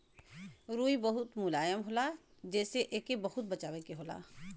रुई बहुत मुलायम होला जेसे एके बहुते बचावे के भी होला